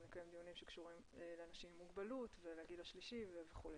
נקיים דיונים שקשורים לאנשים עם מוגבלות ולגיל השלישי וכו'.